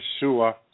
Yeshua